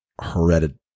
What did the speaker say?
Hereditary